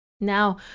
Now